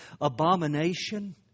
abomination